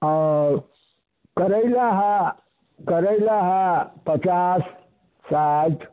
आओर करैला है करैला है पचास साठि